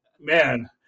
man